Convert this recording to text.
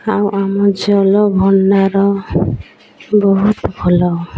ଆଉ ଆମ ଜଳଭଣ୍ଡାର ବହୁତ ଭଲ